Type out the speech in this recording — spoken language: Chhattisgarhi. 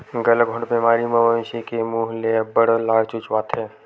गलाघोंट बेमारी म मवेशी के मूह ले अब्बड़ लार चुचवाथे